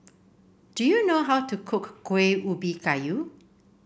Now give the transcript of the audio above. do you know how to cook Kuih Ubi Kayu